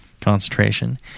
concentration